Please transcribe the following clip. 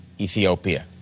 Ethiopia